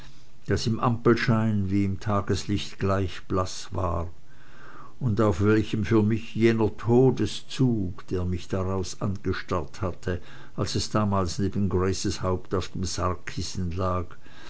das im ampelschein wie im tageslicht gleich blaß war und auf welchem für mich jener todeszug der mich daraus angestarrt hatte als es damals neben graces haupt auf dem sargkissen lag